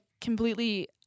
completely